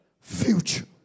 future